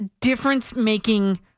difference-making